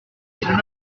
frais